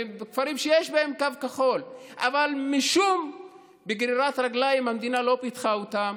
בכפרים שיש בהם קו כחול אבל בגלל גרירת רגליים המדינה לא פיתחה אותם,